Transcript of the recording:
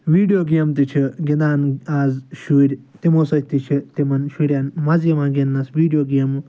video گیمہٕ تہِ چھ گِنٛدان آز شُرۍ تِمو سۭتۍ تہِ چھِ تِمن شُرٮ۪ن مَزٕ یِوان گِنٛدنَس ویٖڈیو گیمہٕ